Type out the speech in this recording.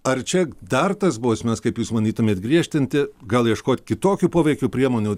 ar čia dar tas bausmes kaip jūs manytumėt griežtinti gal ieškot kitokių poveikių priemonių